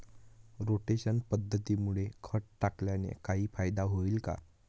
Rotation पद्धतीमुळे खत टाकल्याने काही फायदा होईल का?